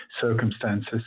circumstances